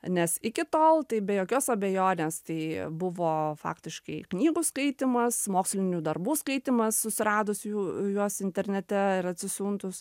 nes iki tol tai be jokios abejonės tai buvo faktiškai knygų skaitymas mokslinių darbų skaitymas susiradus jų juos internete ir atsisiuntus